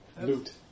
loot